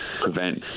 prevent